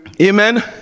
amen